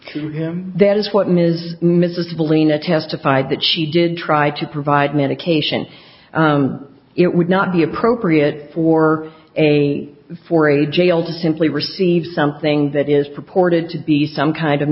him that is what ms mrs felina testified that she did try to provide medication it would not be appropriate for a for a jail to simply receive something that is purported to be some kind of